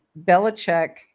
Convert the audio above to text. Belichick